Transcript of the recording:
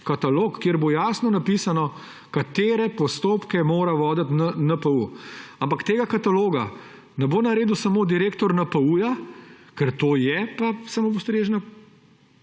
katalog, kjer bo jasno napisano, katere postopke mora voditi NPU. Ampak tega kataloga ne bo naredil samo direktor NPU, ker to je samopostrežna